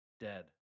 Dead